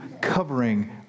covering